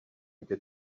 get